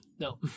No